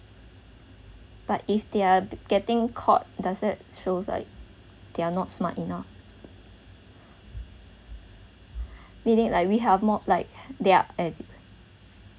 but if they are b~ getting caught does it shows like they're not smart enough we need like we help more like their edu~